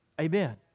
Amen